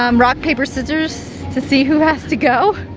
um rock, paper, scissors to see who has to go?